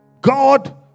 God